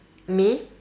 me